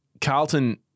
Carlton